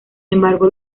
embargo